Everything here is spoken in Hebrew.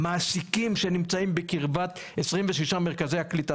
מעסיקים שנמצאים בקרבת 26 מרכזי הקליטה